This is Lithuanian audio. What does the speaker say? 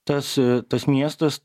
tas tas miestas